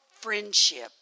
friendship